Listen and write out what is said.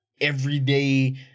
everyday